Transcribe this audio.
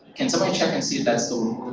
can somebody check and see and so